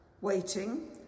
waiting